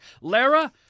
lara